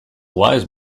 wise